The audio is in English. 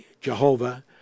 Jehovah